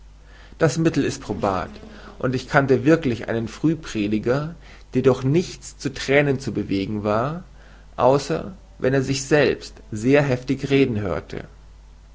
das mittel ist probat und ich kannte wirklich einen frühprediger der durch nichts zu thränen zu bewegen war außer wenn er sich selbst sehr heftig reden hörte